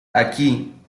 aquí